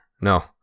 No